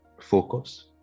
focus